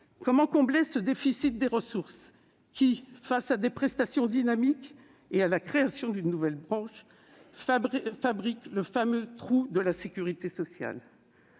comment combler ce déficit de ressources qui, face à des prestations dynamiques et à la création d'une nouvelle branche, fabrique le fameux trou de la sécurité sociale ?